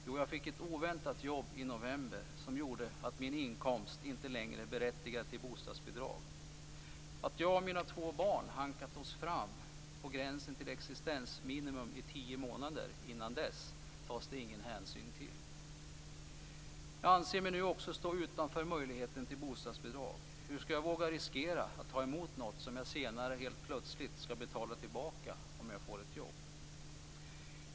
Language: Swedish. Jo, jag fick ett oväntat jobb i november som gjorde att min inkomst inte längre berättigade till bostadsbidrag. Att jag och mina två barn hankat oss fram på gränsen till existensminimum i tio månader innan det tas ingen som helst hänsyn till. Jag anser mig nu också stå utanför möjligheten till bostadsbidrag - hur ska jag våga riskera att ta emot något som jag senare helt plötsligt ska betala tillbaka om jag får ett jobb?